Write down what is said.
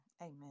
amen